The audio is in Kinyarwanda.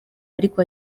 ariko